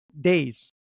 days